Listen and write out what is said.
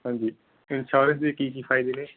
ਹਾਂਜੀ ਇੰਸ਼ੋਰੈਂਸ ਦੇ ਕੀ ਕੀ ਫ਼ਾਇਦੇ ਨੇ